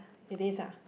it is ah